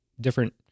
different